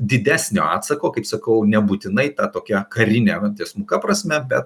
didesnio atsako kaip sakau nebūtinai ta tokia karine va tiesmuka prasme bet